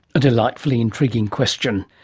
a delightfully intriguing question.